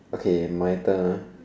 okay my turn ah